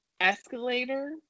Escalator